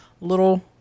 little